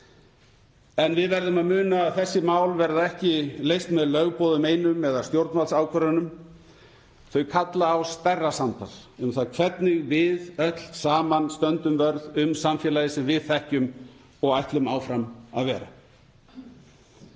En við verðum að muna að þessi mál verða ekki leyst með lögboðum einum eða stjórnvaldsákvörðunum. Þau kalla á stærra samtal um það hvernig við öll saman stöndum vörð um samfélagið sem við þekkjum og ætlum áfram að vera.